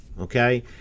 okay